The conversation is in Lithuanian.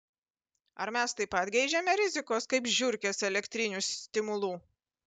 ar mes taip pat geidžiame rizikos kaip žiurkės elektrinių stimulų